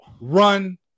Run